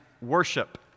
worship